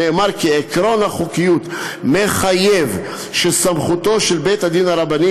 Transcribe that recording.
נאמר כי עקרון החוקיות מחייב שסמכותו של בית-הדין הרבני